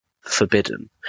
forbidden